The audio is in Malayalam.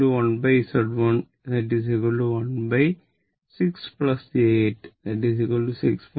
Y1 1Z1 1 0